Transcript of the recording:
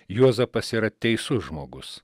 juozapas yra teisus žmogus